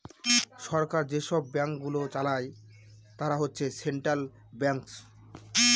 সরকার যেসব ব্যাঙ্কগুলো চালায় তারা হচ্ছে সেন্ট্রাল ব্যাঙ্কস